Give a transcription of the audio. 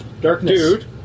dude